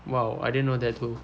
!wow! I didn't know that too